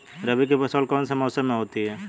रबी की फसल कौन से मौसम में होती है?